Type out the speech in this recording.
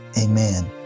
amen